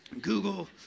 Google